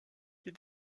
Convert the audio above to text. ses